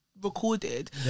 recorded